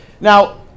Now